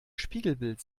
spiegelbild